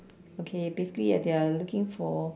okay basically ya they are looking for